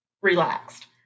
relaxed